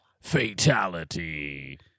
fatality